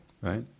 right